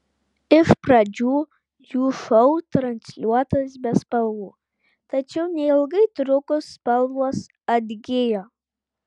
iš pradžių jų šou transliuotas be spalvų tačiau neilgai trukus spalvos atgijo